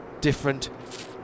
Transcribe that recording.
Different